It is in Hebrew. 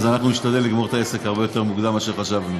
אז אנחנו נשתדל לגמור את העסק הרבה יותר מוקדם מאשר חשבנו.